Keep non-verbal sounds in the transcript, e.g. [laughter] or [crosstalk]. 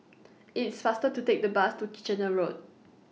[noise] IT IS faster to Take The Bus to Kitchener Road